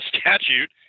statute